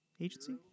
Agency